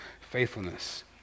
faithfulness